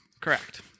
correct